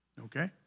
Okay